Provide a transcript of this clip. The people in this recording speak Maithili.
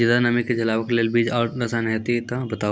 ज्यादा नमी के झेलवाक लेल बीज आर रसायन होति तऽ बताऊ?